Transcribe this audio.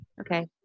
Okay